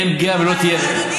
אין פגיעה ולא תהיה.